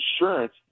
insurance